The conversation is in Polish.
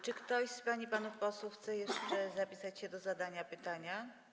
Czy ktoś z pań i panów posłów chce jeszcze zapisać się do zadania pytania?